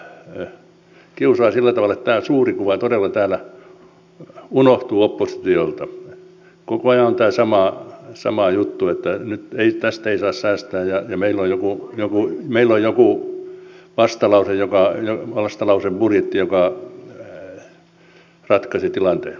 kyllä minua tämä eduskuntakeskustelu kiusaa sillä tavalla että tämä suuri kuva todella täällä unohtuu oppositiolta koko ajan on tämä sama juttu että nyt tästä ei saa säästää ja meillä on joku vastalausebudjetti joka ratkaisee tilanteen